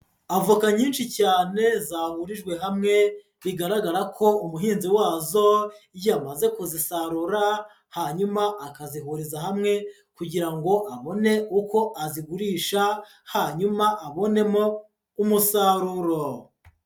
Avoka nyinshi cyane zahurijwe hamwe, bigaragara ko umuhinzi wazo yamaze kuzisarura hanyuma akazihuriza hamwe kugira ngo abone uko azigurisha, hanyuma abonemo umusaruro.